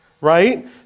right